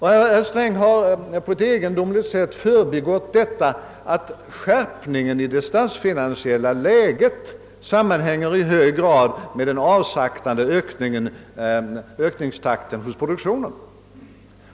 Herr Sträng har på ett egendomligt sätt förbigått det faktum att skärpningen i det statsfinansiella läget i hög grad sammanhänger med den avsaktande ökningstakten i produktionen.